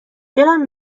دلم